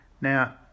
Now